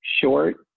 short